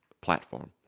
platform